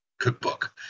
cookbook